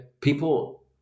People